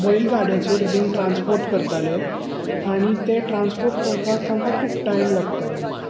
बैल गाड्यांचेर बीन ट्रान्सपोर्ट करताले आनी ते ट्रान्सपोर्ट करपाक तांकां खूब टाय्म लागतालो